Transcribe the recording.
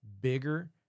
bigger